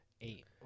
eight